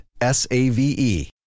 S-A-V-E